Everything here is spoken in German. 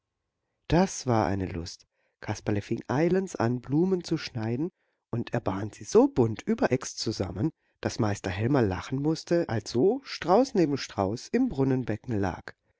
das war eine lust kasperle fing eilends an blumen zu schneiden und er band sie so bunt überecks zusammen daß meister helmer lachen mußte als so strauß neben strauß im brunnenbecken lag